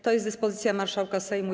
To jest dyspozycja marszałka Sejmu.